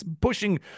pushing